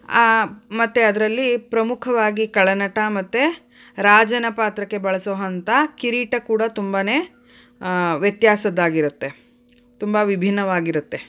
ಮತ್ತು ಅದರಲ್ಲಿ ಪ್ರಮುಖವಾಗಿ ಖಳನಟ ಮತ್ತು ರಾಜನ ಪಾತ್ರಕ್ಕೆ ಬಳಸೋವಂಥ ಕಿರೀಟ ಕೂಡ ತುಂಬಾ ವ್ಯತ್ಯಾಸದ್ದಾಗಿರತ್ತೆ ತುಂಬ ವಿಭಿನ್ನವಾಗಿರತ್ತೆ